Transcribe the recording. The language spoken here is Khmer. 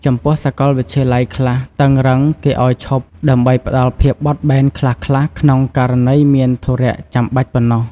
ចំពោះសកលវិទ្យាល័យខ្លះតឹងរុឹងគេឱ្យឈប់ ដើម្បីផ្ដល់ភាពបត់បែនខ្លះៗក្នុងករណីមានធុរៈចាំបាច់ប៉ុណ្ណោះ។